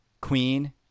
queen